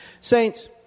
Saints